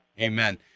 Amen